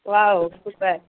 wow super